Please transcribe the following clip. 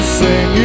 sing